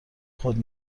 خود